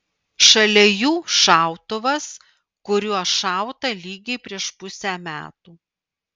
šalia jų šautuvas kuriuo šauta lygiai prieš pusę metų